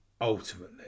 ultimately